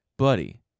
buddy